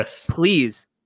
please